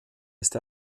ist